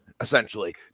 essentially